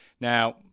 Now